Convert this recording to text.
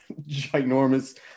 ginormous